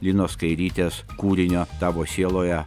linos kairytės kūrinio tavo sieloje